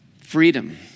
freedom